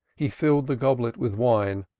he filled the goblet with wine,